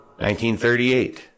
1938